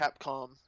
capcom